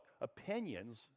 opinions